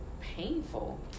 painful